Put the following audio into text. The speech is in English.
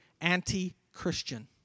anti-Christian